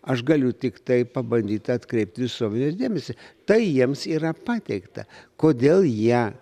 aš galiu tiktai pabandyt atkreipt visuomenės dėmesį tai jiems yra pateikta kodėl jie